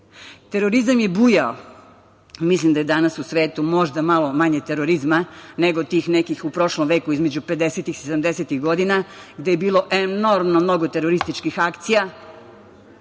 terorizam. Terorizam je bujao, mislim da je danas u svetu možda malo manje terorizma nego tih nekih u prošlom veku između pedesetih i sedamdesetih godina, gde je bilo enormno mnogo terorističkih akcija.